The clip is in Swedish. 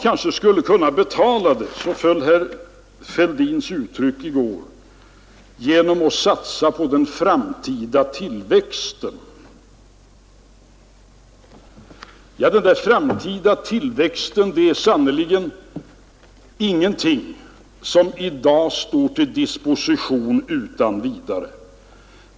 Man skulle kanske kunna betala det — så föll herr Fälldins ord i går — genom att satsa på den framtida tillväxten. Ja, den där framtida tillväxten är sannerligen ingenting som i dag står till disposition utan vidare.